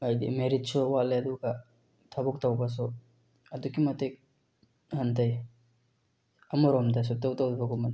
ꯍꯥꯏꯗꯤ ꯃꯦꯔꯤꯠꯁꯨ ꯋꯥꯠꯂꯦ ꯑꯗꯨꯒ ꯊꯕꯛ ꯇꯧꯕꯁꯨ ꯑꯗꯨꯛꯀꯤ ꯃꯇꯤꯛ ꯍꯟꯊꯩ ꯑꯃꯔꯣꯝꯗ ꯁꯨꯛꯇꯧ ꯇꯧꯗꯕꯒꯨꯝꯕꯅꯤ